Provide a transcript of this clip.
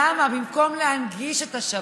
למה במקום להנגיש את השבת,